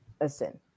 listen